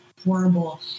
horrible